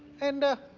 and, ah,